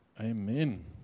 Amen